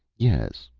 yes,